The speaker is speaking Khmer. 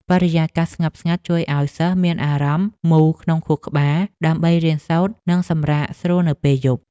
បរិយាកាសស្ងប់ស្ងាត់ជួយឱ្យសិស្សមានអារម្មណ៍មូលក្នុងខួរក្បាលដើម្បីរៀនសូត្រនិងសម្រាកស្រួលនៅពេលយប់។